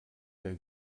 der